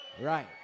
Right